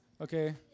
Okay